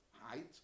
height